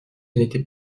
n’était